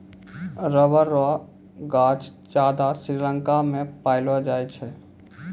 rubber रो गांछ ज्यादा श्रीलंका मे पैलो जाय छै